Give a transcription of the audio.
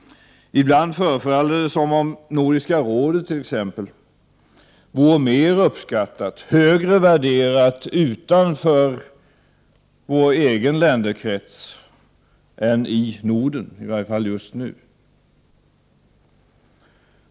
Ibland förefaller det som om Nordiska rådet vore mer uppskattat och högre värderat utanför vår egen länderkrets än vad det är i Norden -— i varje fall just nu.